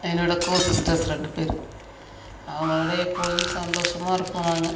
என்னோடய co sisters ரெண்டு பேர் அவங்களோட எப்பொழுதும் சந்தோஷமாக இருப்போம் நாங்கள்